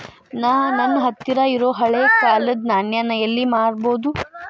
ನಾ ನನ್ನ ಹತ್ರಿರೊ ಹಳೆ ಕಾಲದ್ ನಾಣ್ಯ ನ ಎಲ್ಲಿ ಮಾರ್ಬೊದು?